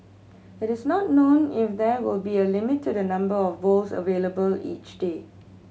it is not known if there will be a limit to the number of bowls available each day